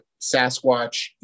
Sasquatch